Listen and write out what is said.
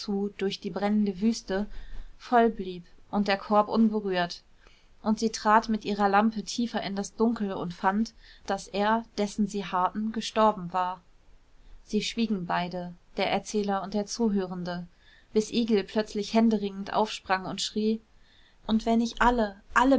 durch die brennende wüste voll blieb und der korb unberührt und sie trat mit ihrer lampe tiefer in das dunkel und fand daß er dessen sie harrten gestorben war sie schwiegen beide der erzähler und der zuhörende bis egil plötzlich händeringend aufsprang und schrie und wenn ich alle alle